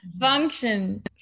function